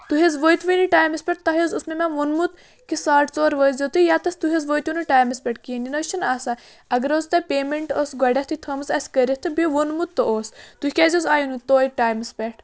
تُہۍ حظ وٲتۍوٕے نہٕ ٹایمَس پٮ۪ٹھ تۄہہِ حظ اوسمو مےٚ ووٚنمُت کہِ ساڑٕ ژور وٲتۍزیو تُہۍ ییٚتَس تُہۍ حظ وٲتِو نہٕ ٹایمَس پٮ۪ٹھ کِہیٖنۍ یہِ نہٕ حظ چھِنہٕ آسان اگر حظ تۄہہِ پیمٮ۪نٛٹ ٲس گۄڈٕنٮ۪تھٕے تھٲومٕژ اَسہِ کٔرِتھ تہٕ بیٚیہِ ووٚنمُت تہٕ اوس تُہۍ کیٛازِ حظ آیِو نہٕ تویتہِ ٹایمَس پٮ۪ٹھ